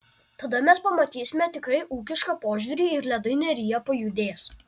tada mes pamatysime tikrai ūkišką požiūrį ir ledai neryje pajudės